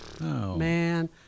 Man